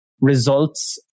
results